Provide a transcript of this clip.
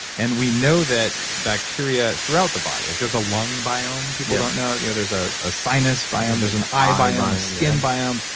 and we know that bacteria throughout the body, if there's a lung biome people don't know. you know there's ah a sinus biome, there's an eye biome skin biome.